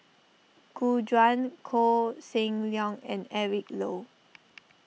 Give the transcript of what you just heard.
Gu Juan Koh Seng Leong and Eric Low